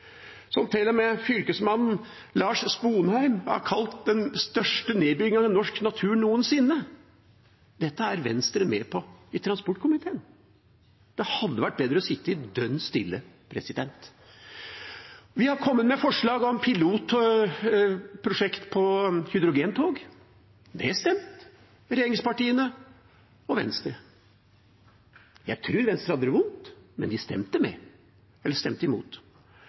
som til og med fylkesmann Lars Sponheim har kalt den største nedbyggingen av norsk natur noensinne. Dette er Venstre med på i transportkomiteen. Det hadde vært bedre å sitte dønn stille. Vi har kommet med forslag om pilotprosjekt på hydrogentog – nedstemt av regjeringspartiene og Venstre. Jeg tror Venstre hadde det vondt, men de stemte